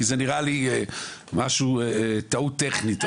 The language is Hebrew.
כי זה נראה לי טעות טכנית,